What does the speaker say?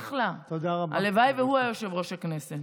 איתן אחלה, הלוואי שהוא היה יושב-ראש הכנסת.